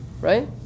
right